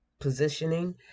positioning